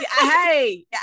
Hey